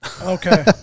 Okay